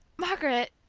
margaret!